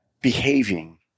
behaving